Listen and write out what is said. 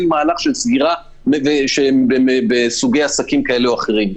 מהלך של סגירה בסוגי עסקים כאלה ואחרים.